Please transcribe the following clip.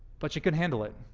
but she couldn't handle it.